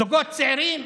זוגות צעירים,